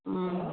ம்